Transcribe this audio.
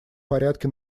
порядке